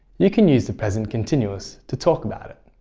you can use the present continuous to talk about it.